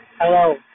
Hello